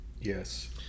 Yes